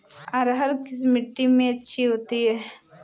अरहर किस मिट्टी में अच्छी होती है?